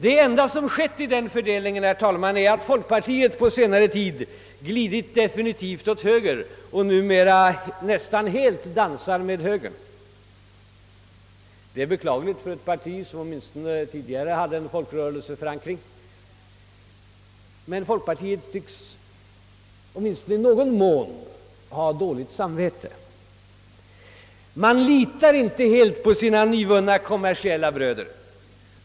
Det enda som inträffat i denna fördelning är, herr talman, att folkpartiet på senare tid definitivt glidit över åt höger och numera nästan helt dansar med högern. Det är beklagligt för ett parti som åtminstone tidigare hade en folkrörelseförankring. Men folkpartiet tycks åtminstone i någon mån ha dåligt samvete. Man litar inte helt på sina nyvunna kommersiella bröder.